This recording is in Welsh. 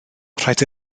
rhaid